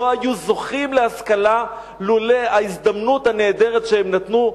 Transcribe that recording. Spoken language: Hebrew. שלא היו זוכים להשכלה לולא ההזדמנות הנהדרת שהם נתנו.